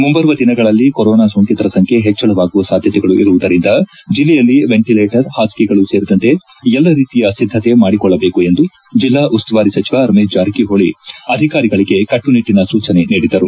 ಮುಂಬರುವ ದಿನಗಳಲ್ಲಿ ಕೊರೋನಾ ಸೋಂಕಿತರ ಸಂಖ್ಯೆ ಹೆಚ್ಚಳವಾಗುವ ಸಾಧ್ಯತೆಗಳು ಇರುವುದರಿಂದ ಜಿಲ್ಲೆಯಲ್ಲಿ ವೆಂಟಿಲೇಟರ್ ಹಾಸಿಗೆಗಳು ಸೇರಿದಂತೆ ಎಲ್ಲ ರೀತಿಯ ಸಿದ್ದತೆ ಮಾಡಿಕೊಳ್ಳಬೇಕು ಎಂದು ಜಿಲ್ಲಾ ಉಸ್ತುವಾರಿ ಸಚಿವ ರಮೇಶ್ ಜಾರಕಿಹೊಳಿ ಅಧಿಕಾರಿಗಳಿಗೆ ಕಟ್ಟುನಿಟ್ಟಿನ ಸೂಚನೆ ನೀಡಿದರು